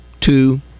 two